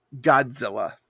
Godzilla